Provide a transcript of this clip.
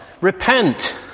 Repent